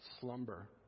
slumber